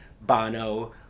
Bono